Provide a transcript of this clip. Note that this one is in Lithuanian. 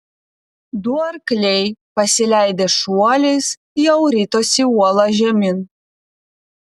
du arkliai pasileidę šuoliais jau ritosi uola žemyn